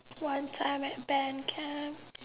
once I'm at band camp